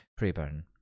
Preburn